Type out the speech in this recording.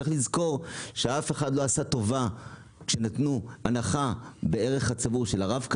צריך לזכור שאף אחד לא עשה טובה כשנתנו הנחה בערך הצבור של הרב קו,